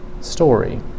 story